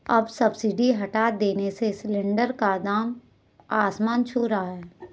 अब सब्सिडी हटा देने से सिलेंडर का दाम आसमान छू रहा है